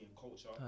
culture